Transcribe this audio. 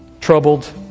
troubled